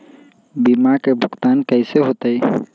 बीमा के भुगतान कैसे होतइ?